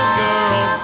girl